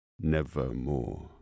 nevermore